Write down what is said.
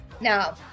now